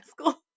school